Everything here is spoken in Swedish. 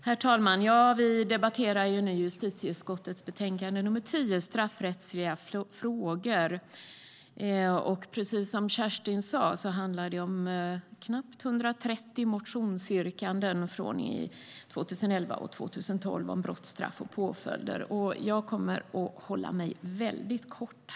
Herr talman! Vi debatterar nu justitieutskottets betänkande nr 10, Straffrättsliga frågor . Precis som Kerstin Haglö sade handlar det om knappt 130 motionsyrkanden från 2011 och 2012 om brott, straff och påföljder. Jag kommer att fatta mig kort.